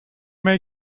may